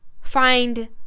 find